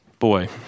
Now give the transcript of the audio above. Boy